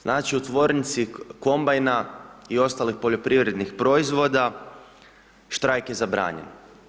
Znači u tvornici kombajna i ostalih poljoprivrednih proizvoda, štrajk je zabranjen.